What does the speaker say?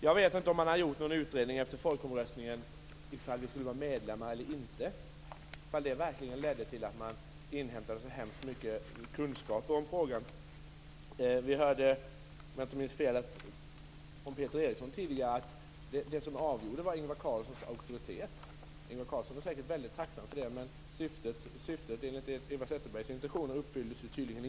Jag vet inte om det efter folkomröstningen om medlemskapet har gjorts någon undersökning om vilka kunskaper som inhämtades på området. Peter Eriksson sade tidigare att det som avgjorde frågan var Ingvar Carlssons auktoritet. Ingvar Carlsson är säkert väldigt tacksam för det påståendet, men det skulle betyda att Eva Zetterbergs intentioner tydligen inte tillgodosågs.